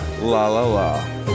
la-la-la